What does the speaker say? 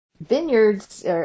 vineyards